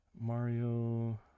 Mario